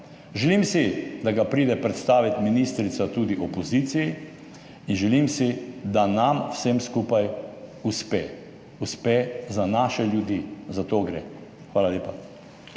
Želim si, da ga pride predstavit ministrica tudi opoziciji, in želim si, da nam vsem skupaj uspe za naše ljudi. Za to gre. Hvala lepa.